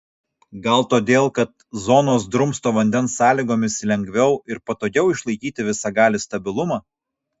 gal todėl kad zonos drumsto vandens sąlygomis lengviau ir patogiau išlaikyti visagalį stabilumą